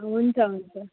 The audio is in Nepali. हुन्छ हुन्छ